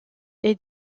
est